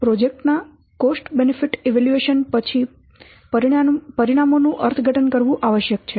તો પ્રોજેક્ટ ના cost benefit evaluation પછી પરિણામો નું અર્થઘટન કરવું આવશ્યક છે